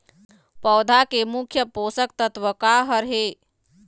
पौधा के मुख्य पोषकतत्व का हर हे?